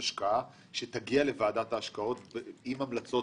השקעה לוועדת ההשקעות עם המלצות